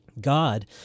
God